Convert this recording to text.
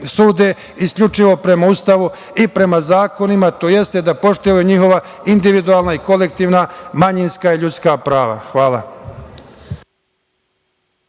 isključivo prema Ustavu i prema zakonima, tj. da poštuju njihova individualna i kolektivna manjinska i ljudska prava. Hvala.